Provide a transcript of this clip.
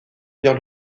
vers